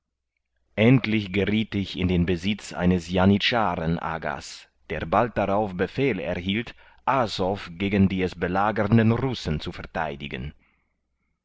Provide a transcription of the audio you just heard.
endlich gerieth ich in den besitz eines janitscharen agas der bald darauf befehl erhielt azow gegen die es belagernden russen zu vertheidigen